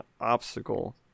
obstacle